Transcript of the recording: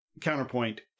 counterpoint